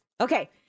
Okay